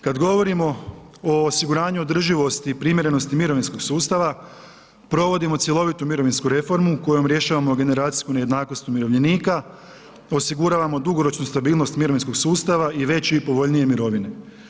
Kad govorimo o osiguranju održivosti i primjerenosti mirovinskog sustava provodimo cjelovitu mirovinsku reformu kojom rješavamo generacijsku nejednakost umirovljenika, osiguravamo dugoročnu stabilnost mirovinskog sustava i veće i povoljnije mirovine.